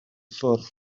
ffwrdd